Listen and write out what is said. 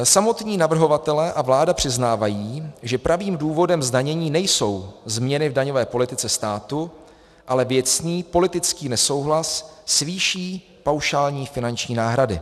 Samotní navrhovatelé a vláda přiznávají, že pravým důvodem zdanění nejsou změny v daňové politice státu, ale věcný politický nesouhlas s výší paušální finanční náhrady.